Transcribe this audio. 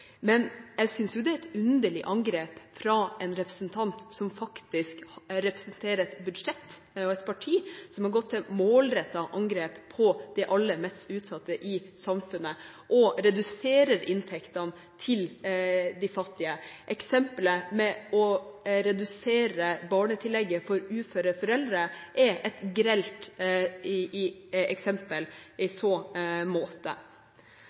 Men jeg synes dette er et underlig angrep fra en representant som faktisk representerer et budsjett og et parti som har gått til målrettet angrep på de aller mest utsatte i samfunnet, og som reduserer inntektene til de fattige. Eksempelet med å redusere barnetillegget for uføre foreldre er i så måte grelt. Når det gjelder komitéfordeling, som jeg ikke svarte på i